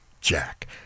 Jack